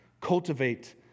Cultivate